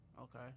Okay